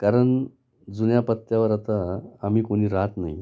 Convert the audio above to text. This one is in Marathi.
कारण जुन्या पत्त्यावर आता आम्ही कोणी राहत नाही